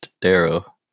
Darrow